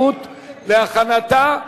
בתקציב המדינה לשנת הכספים 2012 ולמימון השינוי